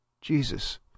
Jesus